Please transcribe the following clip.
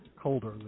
colder